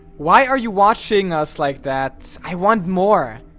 why are you watching us like that i want more,